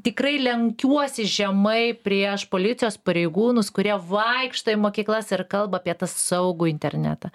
tikrai lenkiuosi žemai prieš policijos pareigūnus kurie vaikšto į mokyklas ir kalba apie tą saugų internetą